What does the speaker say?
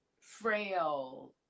frail